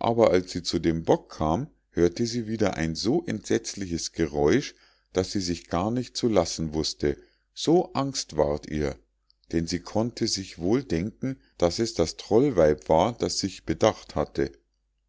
aber als sie zu dem bock kam hörte sie wieder ein so entsetzliches geräusch daß sie sich gar nicht zu lassen wußte so angst ward ihr denn sie konnte sich wohl denken daß es das trollweib war das sich bedacht hatte